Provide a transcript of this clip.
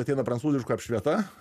ateina prancūziška apšvieta